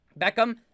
Beckham